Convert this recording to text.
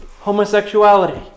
homosexuality